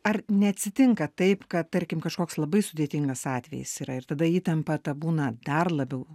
ar neatsitinka taip kad tarkim kažkoks labai sudėtingas atvejis yra ir tada įtampa ta būna dar labiau